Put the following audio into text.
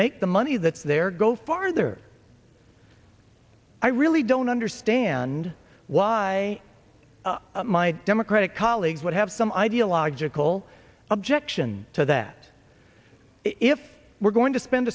make the money that's there go farther i really don't understand why my democratic colleagues would have some ideological objection to that if we're going to spend